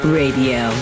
radio